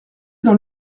dans